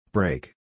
Break